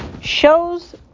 Shows